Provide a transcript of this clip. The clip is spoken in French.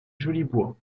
jolibois